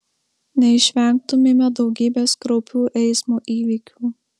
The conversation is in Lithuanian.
neišvengtumėme daugybės kraupių eismo įvykių